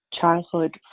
childhood